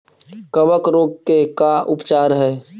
कबक रोग के का उपचार है?